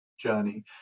journey